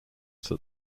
that